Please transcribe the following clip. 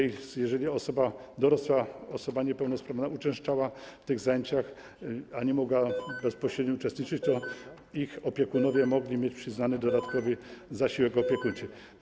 Jeżeli dorosła osoba niepełnosprawna uczęszczała na te zajęcia, a nie mogła bezpośrednio uczestniczyć, to ich opiekunowie mogli mieć przyznany dodatkowy zasiłek opiekuńczy.